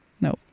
No